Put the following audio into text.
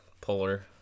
polar